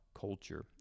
culture